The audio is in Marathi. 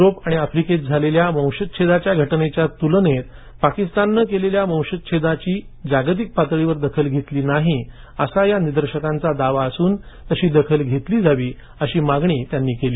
युरोप आणि आफ्रिकेत झालेल्या वंशच्छेदाच्या घटनेच्या तुलनेत पाकिस्ताननं केलेल्या वंशच्छेदाची जागतिक पातळीवर दखल घेतली गेलेली नाही असा या निदर्शकांचा दावा असून तशी दखल घेतली जावी अशी मागणी त्यांनी केली